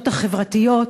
החברתיות,